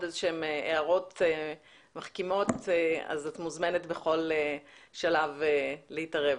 איזה שהן הערות מחכימות את מוזמנת בכל שלב להתערב.